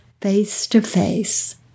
face-to-face